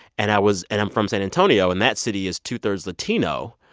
and i was and i'm from san antonio, and that city is two-thirds latino.